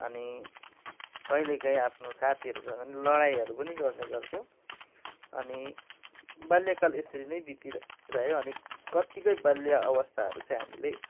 अनि कहिले कहीँआफनो साथीहरूसँग नि लडाईहरू पनि गर्ने गर्थ्यौँ अनि बाल्यकाल यसरीनै बितिरह्यो अनि कतिको बाल्य अवस्थाहरू चाहिँ हामीले